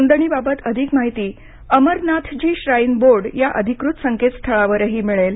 नोंदणी बाबत अधिक माहिती अमरनाथजी श्राईन बोर्ड या अधिकृत संकेत स्थळावरही मिळेल